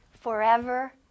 forever